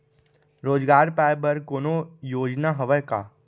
रोजगार पाए बर कोनो योजना हवय का?